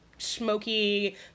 smoky